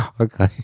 Okay